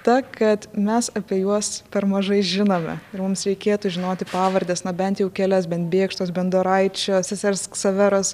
ta kad mes apie juos per mažai žinome ir mums reikėtų žinoti pavardes na bent jau kelias bent bėkštos bendoraičio sesers ksaveros